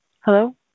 Hello